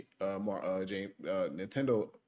Nintendo